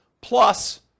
plus